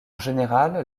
général